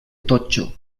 totxo